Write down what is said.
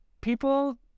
people